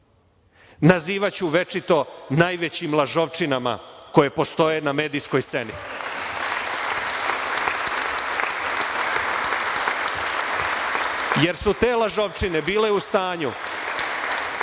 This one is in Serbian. nazivaću večito najvećim lažovčinama koje postoje na medijskoj sceni, jer su te lažovčine bile u stanju